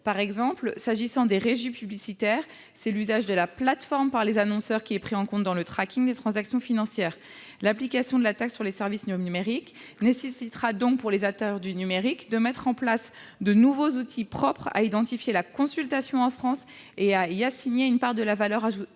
France. Ainsi, s'agissant des régies publicitaires, c'est l'usage de la plateforme par les annonceurs qui est pris en compte dans le des transactions financières. L'application de la taxe sur les services numériques nécessitera donc, pour les acteurs du numérique, de mettre en place de nouveaux outils, propres à identifier la consultation en France et à y assigner une part de la valeur créée.